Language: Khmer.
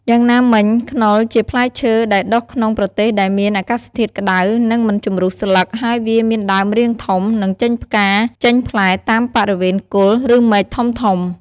យ៉ាងណាមិញ ខ្នុរជាផ្លែឈើ ដែលដុះក្នុងប្រទេសដែលមានអាកាសធាតុក្តៅ និងមិនជំរុះស្លឹក ហើយវាមានដើមរាងធំ និងចេញផ្កាចេញផ្លែតាមបរិវេណគល់ ឬមែកធំៗ។